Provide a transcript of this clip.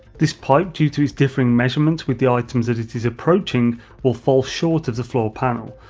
this pipe due to it's differing measurements with the items it it is approaching will fall short of the floor panel,